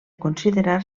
considerar